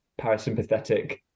parasympathetic